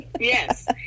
Yes